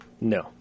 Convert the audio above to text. no